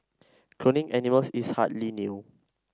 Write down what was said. cloning animals is hardly new